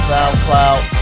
SoundCloud